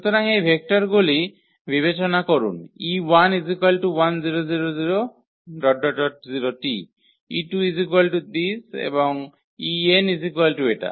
সুতরাং এই ভেক্টরগুলি বিবেচনা করুন 𝑒1 100 0𝑇 𝑒2 010 0𝑇 এবং 𝑒𝑛 000 01T